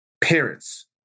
parents